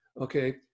okay